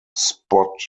spot